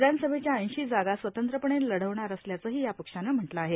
विधानसभेच्या ऐंशी जागा स्वतंत्रपणे लढवणार असल्याचंही या पक्षानं म्हटलं आहे